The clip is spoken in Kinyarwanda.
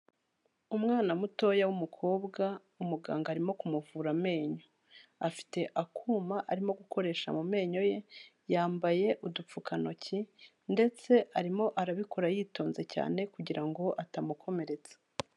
Umwana mutoya w'umukobwa, umuganga arimo kumuvura amenyo, afite akuma arimo gukoresha mu menyo ye, yambaye udupfukantoki, ndetse arimo arabikora yitonze cyane kugira ngo atamukomeretsa.